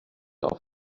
auf